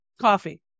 Coffee